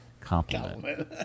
compliment